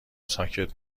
ساکت